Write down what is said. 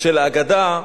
של ההגדה,